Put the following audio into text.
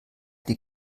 die